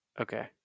okay